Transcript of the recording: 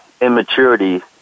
immaturity